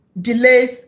delays